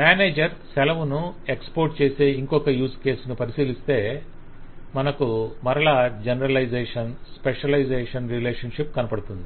manager సెలవును export చేసే ఇంకొక యూజ్ కేస్ ను పరిశీలిస్తే మనకు మరల జనరలైజేషన్ స్పెషలైజేషన్ రిలేషన్షిప్ కనబడుతుంది